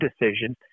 decision